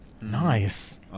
Nice